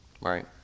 Right